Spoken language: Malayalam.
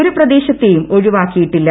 ഒരു പ്രദേശത്തേയും ഒഴിവാക്കിയിട്ടില്ല